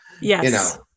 yes